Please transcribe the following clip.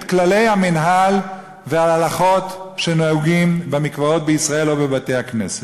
כללי המינהל וההלכות שנהוגים במקוואות בישראל ובבתי-הכנסת.